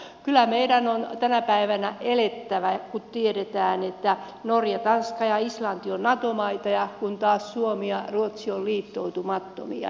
kyllä meidän on tänä päivänä elettävä kun tiedetään että norja tanska ja islanti ovat nato maita kun taas suomi ja ruotsi ovat liittoutumattomia